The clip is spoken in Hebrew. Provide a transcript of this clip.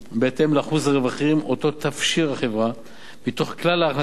לאחוז הרווחים שתפשיר החברה מתוך כלל ההכנסה הפטורה,